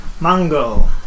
Mango